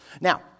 Now